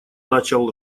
начал